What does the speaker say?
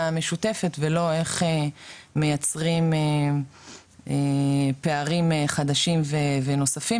משותפת ולא איך מייצרים פערים חדשים ונוספים,